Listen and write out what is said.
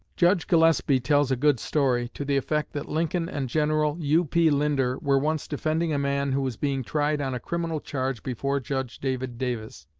judge gillespie tells a good story, to the effect that lincoln and general u p. linder were once defending a man who was being tried on a criminal charge before judge david davis,